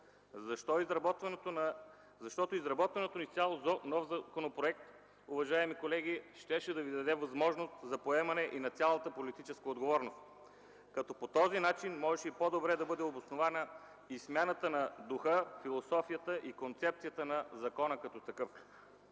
Защото изработването на изцяло нов законопроект, уважаеми колеги, щеше да ви даде възможност за поемане и на цялата политическа отговорност, като по този начин можеше и по-добре да бъде обоснована и смяната на духа, философията и концепцията на закона като такъв.